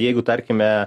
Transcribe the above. jeigu tarkime